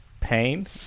pain